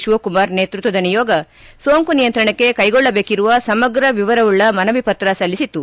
ಶಿವಕುಮಾರ್ ನೇತೃತ್ವದ ನಿಯೋಗ ಸೋಂಕು ನಿಯಂತ್ರಣಕ್ಕೆ ಕೈಗೊಳ್ಳಬೇಕಿರುವ ಸಮಗ್ರ ವಿವರವುಳ್ಳ ಮನವಿ ಪತ್ರ ಸಲ್ಲಿಸಿತು